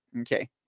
Okay